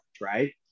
right